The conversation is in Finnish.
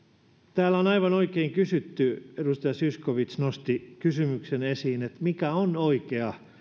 täällä on aivan oikein kysytty edustaja zyskowicz nosti kysymyksen esiin mikä on oikea